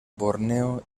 borneo